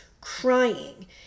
crying